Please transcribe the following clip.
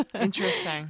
Interesting